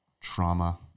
trauma